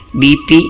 bp